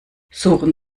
suchen